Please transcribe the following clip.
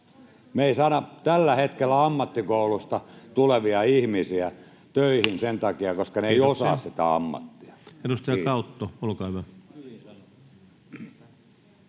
Me ei saada tällä hetkellä ammattikoulusta tulevia ihmisiä töihin sen takia, koska he eivät osaa sitä ammattia.